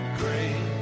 great